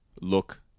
look